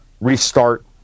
restart